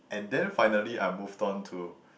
and then finally I moved on to